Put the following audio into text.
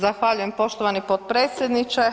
Zahvaljujem poštovani potpredsjedniče.